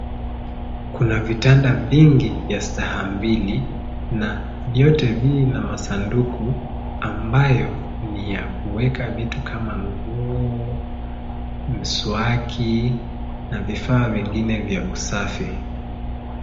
Kuna vitanda vingi vya staha mbili na vyote vina masanduku ambayo ni ya kuweka vitu kama nguo, mswaki na vifaa vingine vya usafi.